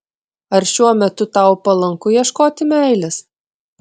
ar šiuo metu tau palanku ieškoti meilės